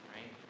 Right